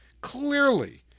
clearly